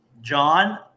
John